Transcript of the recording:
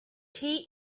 tea